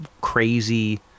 crazy